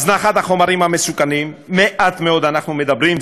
הזנחת החומרים המסוכנים, מעט מאוד אנחנו מדברים.